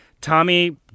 Tommy